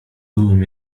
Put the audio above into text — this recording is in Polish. byłem